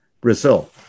Brazil